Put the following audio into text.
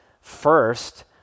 first